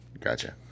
Gotcha